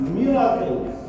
miracles